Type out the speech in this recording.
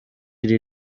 iri